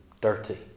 dirty